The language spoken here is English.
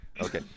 Okay